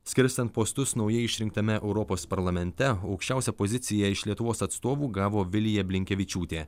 skirstant postus naujai išrinktame europos parlamente aukščiausią poziciją iš lietuvos atstovų gavo vilija blinkevičiūtė